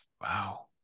Wow